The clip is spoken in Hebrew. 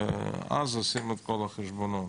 ואז עושים את כל החשבונות.